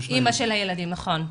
אימא של הילדים, נכון.